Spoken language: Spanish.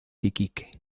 iquique